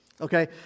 okay